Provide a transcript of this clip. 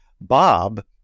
Bob